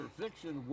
Fiction